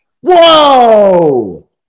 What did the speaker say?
Whoa